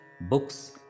books